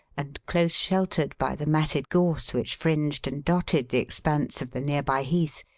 and close sheltered by the matted gorse which fringed and dotted the expanse of the nearby heath,